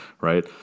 right